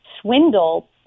swindle